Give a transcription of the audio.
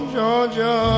Georgia